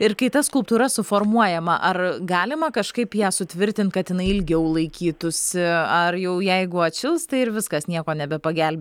ir kai ta skulptūra suformuojama ar galima kažkaip ją sutvirtinti kad jinai ilgiau laikytųsi ar jau jeigu atšils tai ir viskas nieko nebepagel